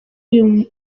uyu